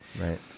right